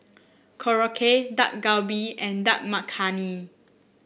Korokke Dak Galbi and Dal Makhani